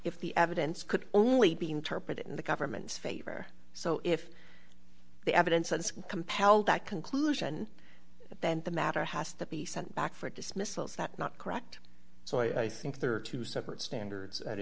if the evidence could only be interpreted in the government's favor so if the evidence compelled that conclusion then the matter has to be sent back for dismissal is that not correct so i think there are two separate standards at